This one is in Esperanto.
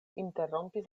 interrompis